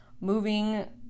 moving